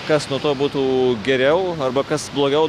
kas nuo to būtų geriau arba kas blogiau